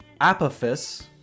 Apophis